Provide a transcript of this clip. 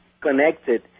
connected